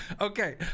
okay